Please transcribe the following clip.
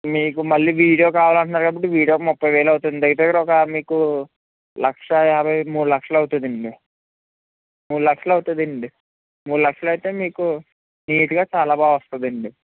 మీకు మళ్ళీ వీడియో కావాలంటున్నారు కాబట్టి వీడియోకి ముప్పై వేలు అవుతుంది దగ్గర దగ్గర ఒక మీకు లక్ష యాభై మూడు లక్షలు అవుతుందండి మూడు లక్షలు అవుతుందండి మూడు లక్షల అయితే మీకు నీటుగా చాలా బాగా వస్తుందండి